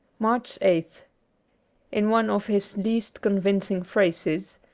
march eighth in one of his least convincing phrases,